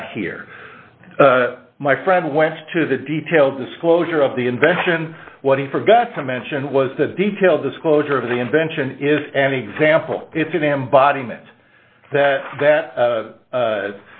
not here my friend went to the detail disclosure of the invention what he forgot to mention was that detail disclosure of the invention is an example it's an embodiment that that